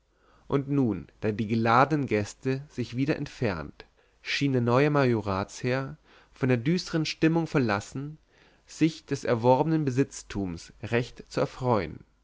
und nun da die geladenen gäste sich wieder entfernt schien der neue majoratsherr von der düstern stimmung verlassen sich des erworbenen besitztums recht zu erfreuen